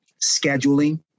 scheduling